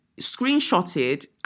screenshotted